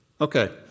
Okay